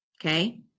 Okay